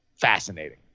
fascinating